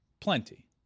plenty